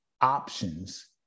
options